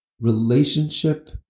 relationship